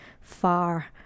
far